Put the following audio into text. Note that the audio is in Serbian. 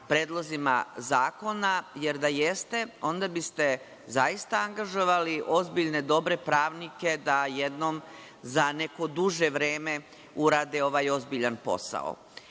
predlozima zakona, jer da jeste, onda biste zaista angažovali ozbiljne, dobre pravnike da jednom za neko duže vreme urade ovaj ozbiljan posao. Ja